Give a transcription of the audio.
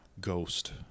ghost